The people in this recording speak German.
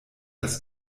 das